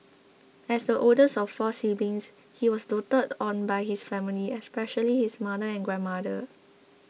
as the oldest of four siblings he was doted on by his family especially his mother and grandmother